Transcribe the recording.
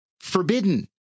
forbidden